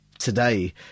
Today